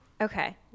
Okay